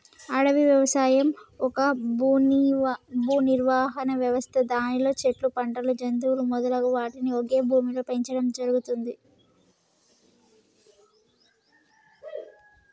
అడవి వ్యవసాయం ఒక భూనిర్వహణ వ్యవస్థ దానిలో చెట్లు, పంటలు, జంతువులు మొదలగు వాటిని ఒకే భూమిలో పెంచడం జరుగుతుంది